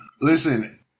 Listen